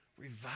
revive